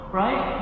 right